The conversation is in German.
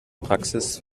praxis